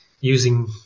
using